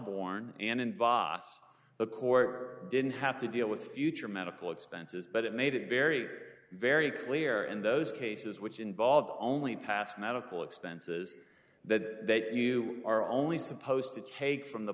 born and in vos the court didn't have to deal with future medical expenses but it made it very very clear in those cases which involved only past medical expenses that you are only supposed to take from the